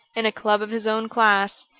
in a club of his own class,